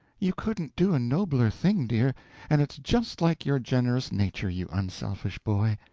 you couldn't do a nobler thing, dear and it's just like your generous nature, you unselfish boy.